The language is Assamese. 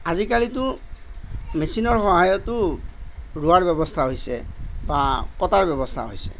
আজিকালিতো মেচিনৰ সহায়তো ৰোৱাৰ ব্যৱস্থা হৈছে বা কটাৰ ব্যৱস্থা হৈছে